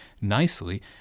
nicely